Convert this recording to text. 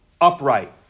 upright